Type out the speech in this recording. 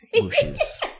Bushes